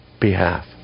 behalf